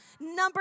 number